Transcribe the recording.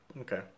Okay